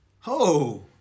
Ho